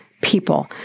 people